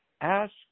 Ask